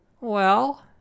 Well